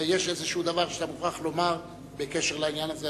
ויש איזשהו דבר שאתה מוכרח לומר בקשר לעניין הזה,